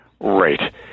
Right